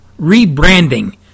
rebranding